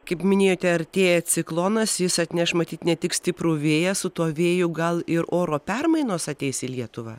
kaip minėjote artėja ciklonas jis atneš matyt ne tik stiprų vėją su tuo vėju gal ir oro permainos ateis į lietuvą